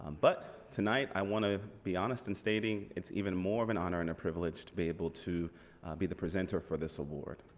um but tonight i want to be honest and stating it's even more of an honor and a privilege to be able to be the presenter for this award.